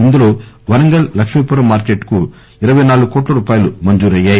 ఇందులో వరంగల్ లక్ష్మీపురం మార్కెటుకు ఇరవై నాలుగు కోట్లు మంజురు అయ్యాయి